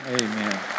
Amen